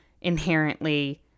inherently